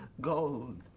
Gold